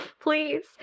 please